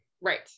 right